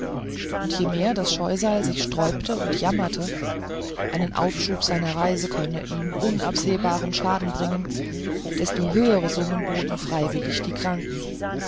und je mehr das scheusal sich sträubte und jammerte ein aufschub seiner reise könne ihm unabsehbaren schaden bringen desto höhere summen boten freiwillig die kranken